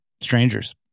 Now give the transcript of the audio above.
strangers